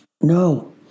No